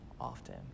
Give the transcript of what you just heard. often